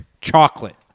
Chocolate